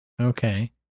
Okay